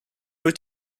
wyt